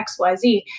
XYZ